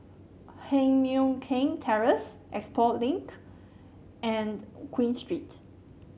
Heng Mui Keng Terrace Expo Link and Queen Street